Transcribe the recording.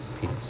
peace